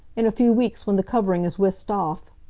in a few weeks, when the covering is whisked off